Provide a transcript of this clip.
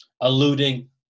alluding